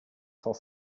sans